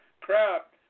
crap